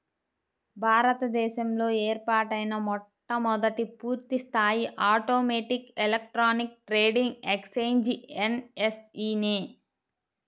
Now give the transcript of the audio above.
భారత దేశంలో ఏర్పాటైన మొట్టమొదటి పూర్తిస్థాయి automatic electronic trading exchange NSE నే